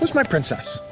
my princess,